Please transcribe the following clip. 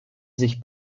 sich